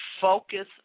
Focus